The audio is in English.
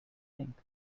think